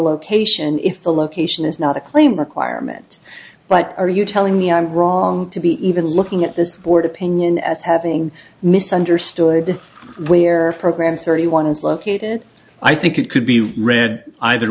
location if the location is not a claim requirement but are you telling me i'm wrong to be even looking at this board opinion as having misunderstood where program thirty one is located i think it could be read either